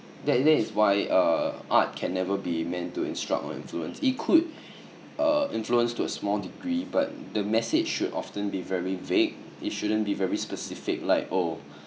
that that is why err art can never be meant to instruct or influence it could uh influence to a small degree but the message should often be very vague it shouldn't be very specific like oh